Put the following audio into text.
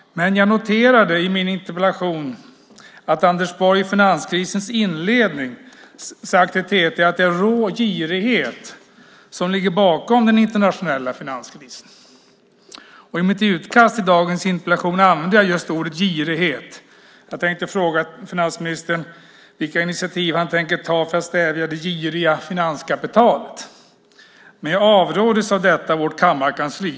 Jag noterade i min interpellation att Anders Borg i finanskrisens inledning sagt till TT att det är rå girighet som ligger bakom den internationella finanskrisen. I mitt utkast till dagens interpellation använde jag just ordet "girighet". Jag tänkte fråga finansministern vilka initiativ han tänker ta för att stävja det giriga finanskapitalet, men jag avråddes från detta av vårt kammarkansli.